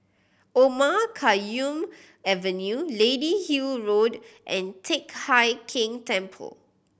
Omar Khayyam Avenue Lady Hill Road and Teck Hai Keng Temple